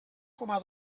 coma